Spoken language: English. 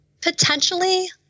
potentially